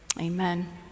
amen